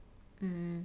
mm